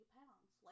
pounds